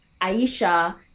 aisha